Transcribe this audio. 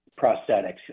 prosthetics